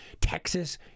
Texas